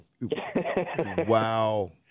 Wow